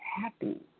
happy